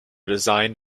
design